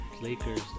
lakers